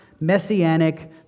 messianic